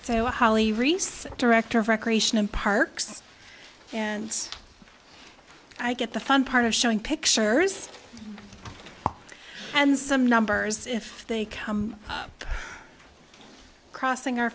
reese director of recreation and parks and i get the fun part of showing pictures and some numbers if they come up crossing our